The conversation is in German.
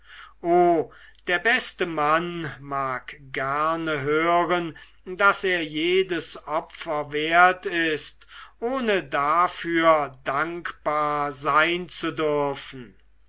o der beste mann mag gerne hören daß er jedes opfer wert ist ohne dafür dankbar sein zu dürfen